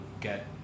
get